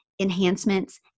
enhancements